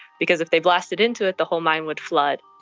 because if they blasted into it, the whole mine would flood.